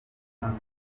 umuntu